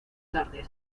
tarde